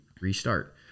restart